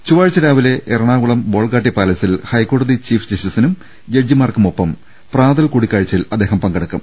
ചൊവാഴ്ച രാവിലെ എറണാകുളം ബോൾഗാട്ടി പാലസിൽ ഹൈക്കോടതി ചീഫ് ജസ്റ്റിസിനും ജഡ്ജിമാർക്കു മൊപ്പം പ്രാതൽ കൂടിക്കാഴ്ചയിൽ അദ്ദേഹം പങ്കെടുക്കും